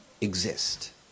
exist